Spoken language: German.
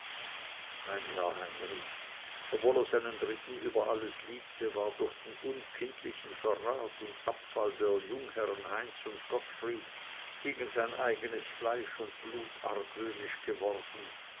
mein herr heinrich obwohl er seinen dritten über alles liebte war durch den unkindlichen verrat und abfall der jungherren heinz und gottfried gegen sein eigenes fleisch und blut argwöhnisch geworden